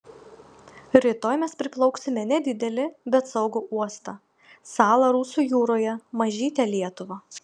rytoj mes priplauksime nedidelį bet saugų uostą salą rusų jūroje mažytę lietuvą